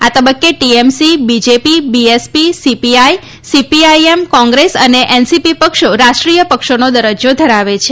આ તબક્કે TMC BJP BSP CPI CPIM Congress અને એનસીપી પક્ષો રાષ્ટ્રીય પક્ષોનો દરજ્જા ધરાવે છે